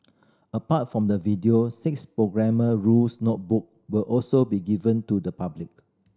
apart from the videos six Grammar Rules notebook will also be given to the public